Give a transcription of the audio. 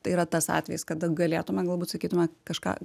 tai yra tas atvejis kada galėtume galbūt sakytume kažką